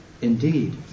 Indeed